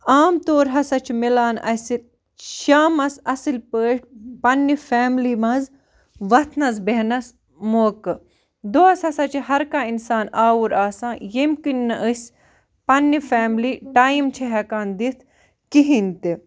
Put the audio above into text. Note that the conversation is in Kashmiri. عام طور ہسا چھِ مِلان اَسہِ شامَس اصٕل پٲٹھۍ پنٛنہِ فیملی منٛز وَتھنَس بیٚہنَس موقعہٕ دۄہَس ہسا چھِ ہر کانٛہہ اِنسان آوُر آسان ییٚمہِ کِنۍ نہٕ أسۍ پنٛنہِ فیملی ٹایِم چھِ ہٮ۪کان دِتھ کِہیٖنۍ تہِ